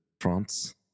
France